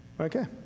okay